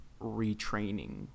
retraining